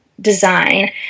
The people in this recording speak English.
design